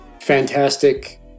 fantastic